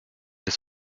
des